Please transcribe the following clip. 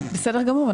בסדר גמור.